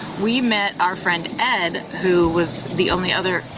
we met our friend, ed, who was the only other,